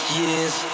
years